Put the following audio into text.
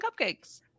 cupcakes